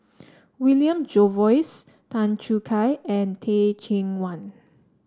William Jervois Tan Choo Kai and Teh Cheang Wan